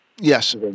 Yes